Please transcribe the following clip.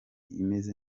imeze